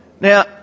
Now